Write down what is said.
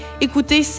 Écoutez